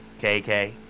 KK